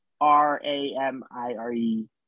r-a-m-i-r-e